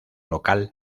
local